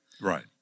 Right